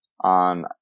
on